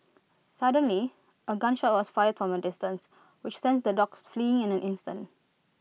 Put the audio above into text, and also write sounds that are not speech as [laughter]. suddenly A gun shot was fired [hesitation] A distance which sent the dogs fleeing in an instant